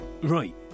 Right